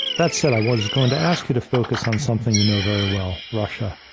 that said, i was going to ask you to focus on something you know very well russia.